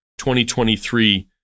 2023